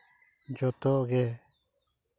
ᱡᱷᱚᱛᱚ ᱜᱮ